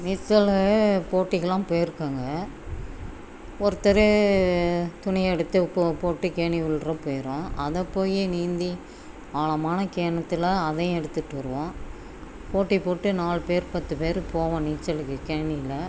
நீச்சல் போட்டிக்கெல்லாம் போயிருக்கேங்க ஒருத்தர் துணி எடுத்து போ போட்டு கேணி உள்ளார போயிடும் அதைப் போய் நீந்தி ஆழமான கிணத்துல அதையும் எடுத்துகிட்டு வருவோம் போட்டி போட்டு நாலு பேர் பத்து பேர் போவோம் நீச்சலுக்கு கேணியில்